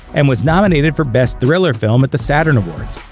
and was nominated for best thriller film at the saturn awards.